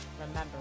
remember